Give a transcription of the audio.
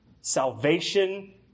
Salvation